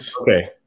okay